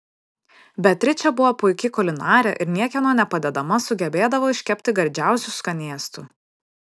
beatričė buvo puiki kulinarė ir niekieno nepadedama sugebėdavo iškepti gardžiausių skanėstų